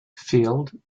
field